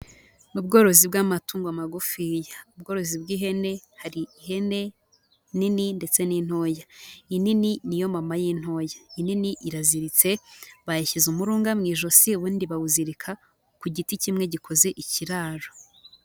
Ubworozi bw'amatungo magufiya, ubworozi bw'ihene hari ihene nini ndetse n'intoya, inini niyo mama y'intoya, inini iraziritse bayishyize umurunga mu ijosi ubundi bawuzirika ku giti kimwe gikoze ikiraro.